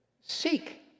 seek